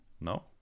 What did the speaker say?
no